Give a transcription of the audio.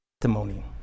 testimony